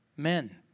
Men